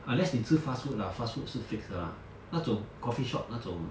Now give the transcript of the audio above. unless 你吃 fast food lah fast foods 是 fixed 的啦那种 coffee shop 那种